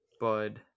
Bud